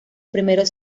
primeros